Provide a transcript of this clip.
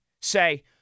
say